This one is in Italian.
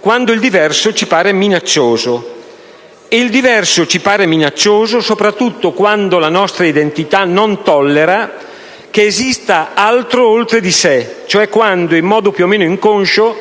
quando il diverso ci pare minaccioso. E il diverso ci pare minaccioso soprattutto quando la nostra identità non tollera che esista altro oltre a sé, cioè quando, in modo più o meno inconscio,